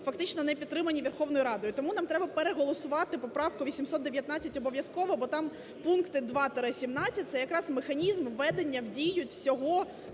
фактично не підтримані Верховною Радою. Тому нам треба переголосувати поправку 819 обов'язково, бо там пункти 2-17 – це якраз механізм введення в дію всього